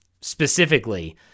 specifically